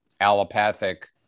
allopathic